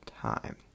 time